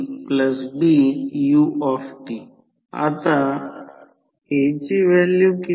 5 weber per metre square आणि effective core cross sectional area 50 centimetre square आहे